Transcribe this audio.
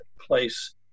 place